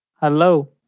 hello